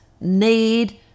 need